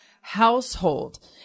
household